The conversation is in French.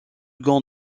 gant